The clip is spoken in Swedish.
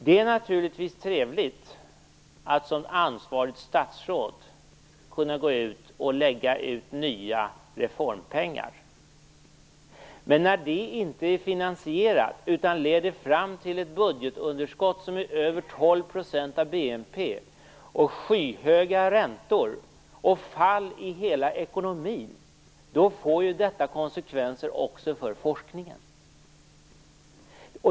Det är naturligtvis trevligt att som ansvarigt statsråd kunna lägga ut nya reformpengar, men när detta inte är finansierat utan leder fram till ett budgetunderskott som är över 12 % av BNP, till skyhöga räntor och ett fall i hela ekonomin, då får det konsekvenser också för forskningen.